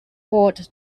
hoard